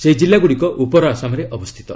ସେହି ଜିଲ୍ଲାଗୁଡ଼ିକ ଉପର ଆସାମରେ ଅବସ୍ଥିତ